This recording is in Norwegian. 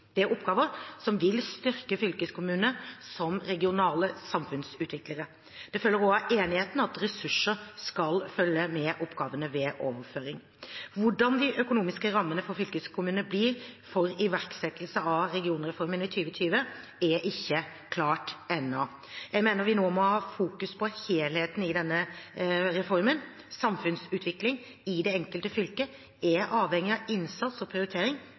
er oppgaver som vil styrke fylkeskommunene som regionale samfunnsutviklere. Det følger også av enigheten at resursser skal følge med oppgavene ved overføring. Hvordan de økonomiske rammene for fylkeskommunene blir fra iverksettelsen av regionreformen i 2020, er ikke klart ennå. Jeg mener vi nå må fokusere på helheten i denne reformen. Samfunnsutviklingen i det enkelte fylke er avhengig av innsats og